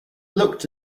looked